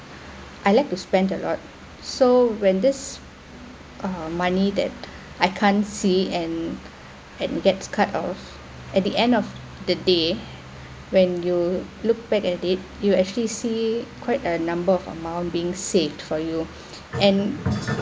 I like to spend a lot so when this uh money that I can't see and and gets cut off at the end of the day when you look back at it you actually see quite a number of amount being saved for you and